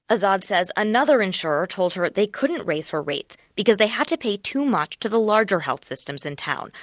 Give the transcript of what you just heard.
azad said another insurer told her they couldn't raise her rates because they had to pay too much to the larger health systems in town,